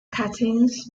cuttings